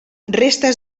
restes